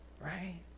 Right